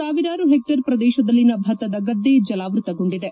ಸಾವಿರಾರು ಹೆಕ್ಲೇರ್ ಪ್ರದೇಶದಲ್ಲಿನ ಭತ್ತದ ಗದ್ದೆ ಜಲಾವೃತಗೊಂಡಿದೆ